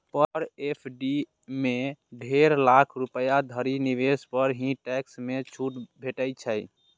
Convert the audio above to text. पर FD मे डेढ़ लाख रुपैया धरि निवेश पर ही टैक्स मे छूट भेटै छै